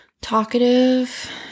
talkative